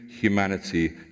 humanity